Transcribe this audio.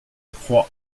croix